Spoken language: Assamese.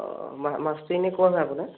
অ মা মাছটো এনে ক'ৰ হয় আপোনাৰ